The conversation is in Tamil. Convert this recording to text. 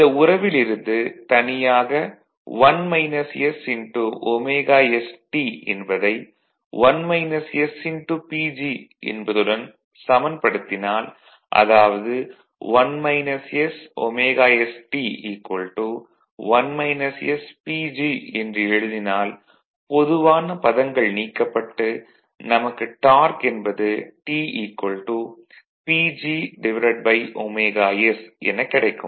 இந்த உறவில் இருந்து தனியாக ωsT என்பதை PG என்பதுடன் சமன்படுத்தினால் அதாவது ωsT PG என்று எழுதினால் பொதுவான பதங்கள் நீக்கப்பட்டு நமக்கு டார்க் என்பது T PGωs எனக் கிடைக்கும்